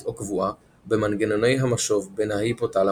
או קבועה במנגנוני המשוב בין ההיפותלמוס,